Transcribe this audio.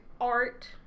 art